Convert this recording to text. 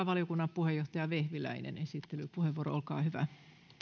valiokunnan puheenjohtaja vehviläinen esittelypuheenvuoro olkaa hyvä